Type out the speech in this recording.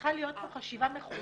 צריכה להיות פה חשיבה מחודשת